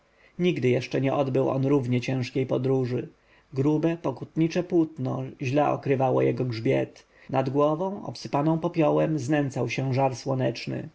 nigdy jeszcze nie odbył on równie ciężkiej podróży grube pokutnicze płótno źle okrywało jego grzbiet nad głową obsypaną popiołem znęcał się żar słoneczny